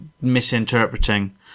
misinterpreting